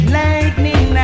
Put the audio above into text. lightning